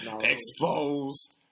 Exposed